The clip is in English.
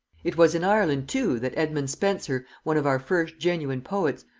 it was in ireland too that edmund spenser, one of our first genuine poets,